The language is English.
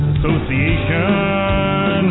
Association